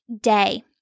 day